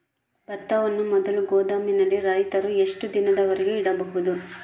ಭತ್ತವನ್ನು ಮೊದಲು ಗೋದಾಮಿನಲ್ಲಿ ರೈತರು ಎಷ್ಟು ದಿನದವರೆಗೆ ಇಡಬಹುದು?